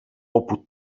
όπου